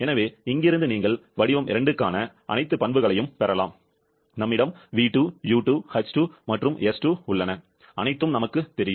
எனவே இங்கிருந்து நீங்கள் வடிவ 2 க்கான அனைத்து பண்புகளையும் பெறலாம் எனவே நம்மிடம் v2 u2 h2 மற்றும் s2 உள்ளன அனைத்தும் நமக்குத் தெரியும்